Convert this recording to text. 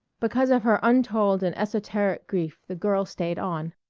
because of her untold and esoteric grief the girl stayed on.